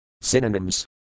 Synonyms